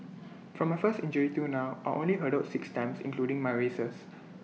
from my first injury till now I only hurdled six times including my races